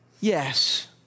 Yes